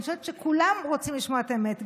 אני חושבת שכולם רוצים לשמוע את האמת,